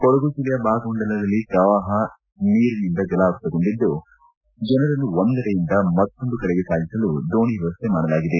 ಕೊಡಗು ಜಿಲ್ಲೆಯ ಭಾಗಮಂಡಲ ಪ್ರವಾಹ ನೀರಿನಿಂದ ಜಲಾವೃತಗೊಂಡಿದ್ದು ಜನರನ್ನು ಒಂದೆಡೆಯಿಂದ ಮತ್ತೊಂದು ಕಡೆಗೆ ಸಾಗಿಸಲು ದೋಣಿ ವ್ಯವಸ್ಥೆ ಮಾಡಲಾಗಿದೆ